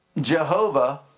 Jehovah